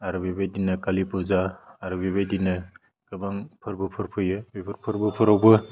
आरो बेबायदिनो कालि फुजा आरो बेबायदिनो गोबां फोरबोफोर फैयो बेफोर फोरबोफोरावबो